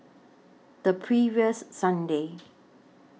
The previous Sunday